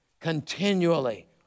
continually